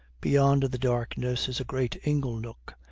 beyond the darkness is a great ingle-nook,